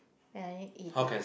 and you eat it